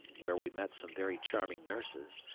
where we met some very charming nurses,